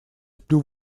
сплю